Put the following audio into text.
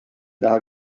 taha